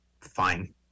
fine